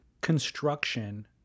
construction